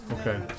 Okay